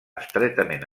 estretament